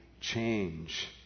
change